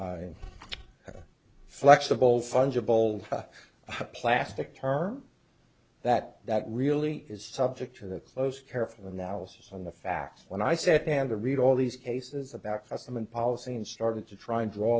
flexible fungible plastic term that that really is subject to the close careful analysis on the facts when i sat down to read all these cases about some in policy and started to try and draw